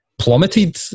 plummeted